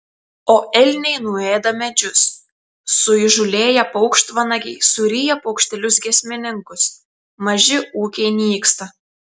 o elniai nuėda medžius suįžūlėję paukštvanagiai suryja paukštelius giesmininkus maži ūkiai nyksta